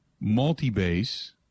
multi-base